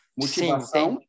motivação